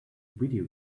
video